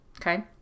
okay